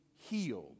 healed